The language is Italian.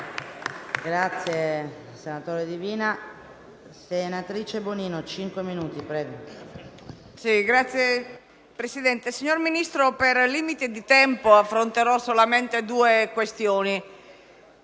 signor Ministro, per limiti di tempo affronterò solamente due questioni.